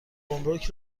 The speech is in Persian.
گمرک